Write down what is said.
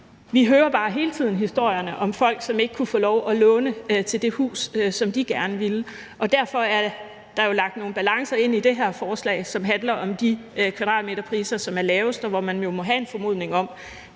Vi hører bare hele tiden historierne om folk, som ikke har kunnet få lov at låne til det hus, som de gerne ville, og derfor er der jo lagt nogle balancer ind i det her forslag, som handler om de kvadratmeterpriser, som er lavest, og hvor man jo også må have en formodning om